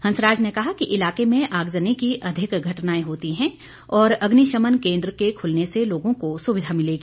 हंसराज ने कहा कि इलाके में आग्जनी की अधिक घटनाएं होती हैं और अग्निशमन केंद्र के खुलने से लोगों को सुविधा मिलेगी